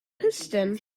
piston